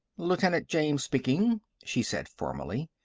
lieutenant james speaking, she said formally.